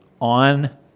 on